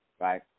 right